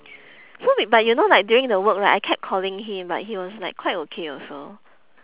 so we but you know like during the work right I kept calling him but he was like quite okay also